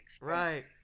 Right